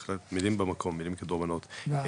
בהחלט, מילים במקום, מילים כדורבנות.